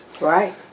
right